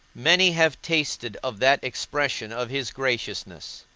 many have tasted of that expression of his graciousness.